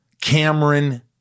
Cameron